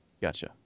Gotcha